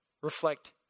reflect